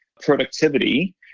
productivity